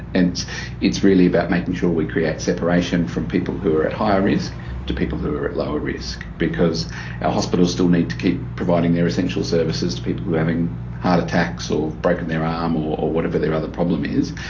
and it's really about making sure we create separation from people who are at higher risk to people who are at lower risk, because our hospitals still need to keep providing their essential services to people having heart attacks or broken their um arm or whatever their other problem is.